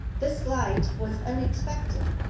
this light was unexpected,